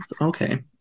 Okay